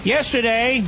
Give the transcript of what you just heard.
Yesterday